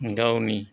गावनि